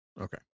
Okay